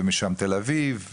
ומשם תל אביב,